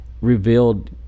revealed